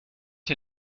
dir